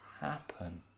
happen